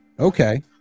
Okay